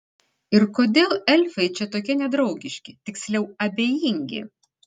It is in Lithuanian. ir kodėl elfai čia tokie nedraugiški tiksliau abejingi